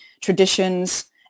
traditions